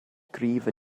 cryf